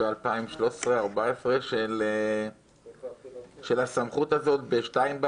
ב-2014-2013 של הסמכות הזאת ב-02:00 בלילה,